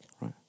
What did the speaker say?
right